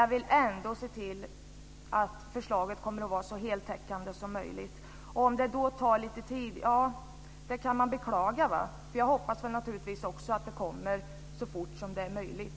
Jag vill se till att förslaget blir så heltäckande som möjligt. Man kan beklaga att det tar lite tid. Jag hoppas naturligtvis också att det kommer så fort som möjligt.